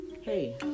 Hey